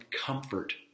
comfort